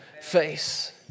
face